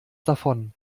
davon